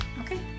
Okay